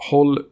Håll